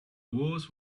walls